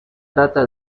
trata